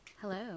Hello